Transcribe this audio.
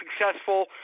successful